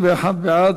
21 בעד.